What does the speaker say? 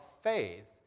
faith